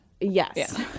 Yes